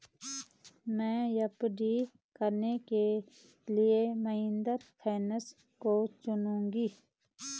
मैं एफ.डी कराने के लिए महिंद्रा फाइनेंस को चुनूंगी